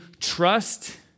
trust